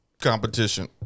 Competition